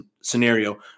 scenario